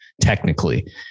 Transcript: technically